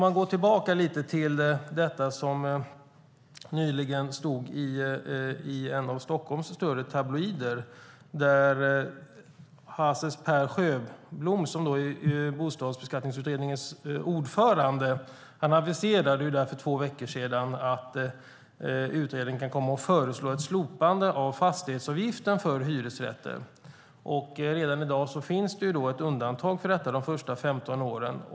För två veckor sedan aviserade Hases Per Sjöblom, Bostadsbeskattningskommitténs ordförande, i en av Stockholms större tabloider att utredningen kan komma att föreslå slopande av fastighetsavgiften för hyresrätter. Redan i dag finns ett undantag för detta under de första 15 åren.